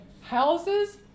houses